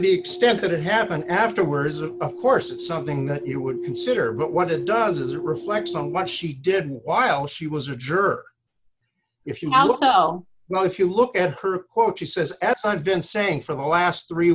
the extent that it happened afterwards or of course it's something that you would consider but what it does is it reflects on what she did while she was a jerk if you know i'll know if you look at her quote she says it's been saying for the last three